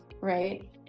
right